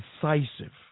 decisive